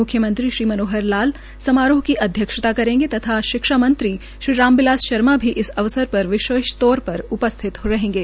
म्ख्यमंत्री श्री मनोहर लाल समारोह की अध्यक्षता करेंगे तथा शिक्षा मंत्री श्री रामबिलास शर्मा भी इस अवसर पर विशेष तौर पर उपस्थित रहेंगे